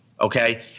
okay